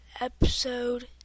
episode